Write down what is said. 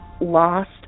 lost